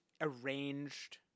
arranged